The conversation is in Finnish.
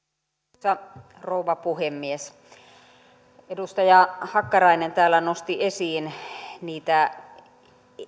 arvoisa rouva puhemies edustaja hakkarainen täällä nosti esiin niitä epäkohtia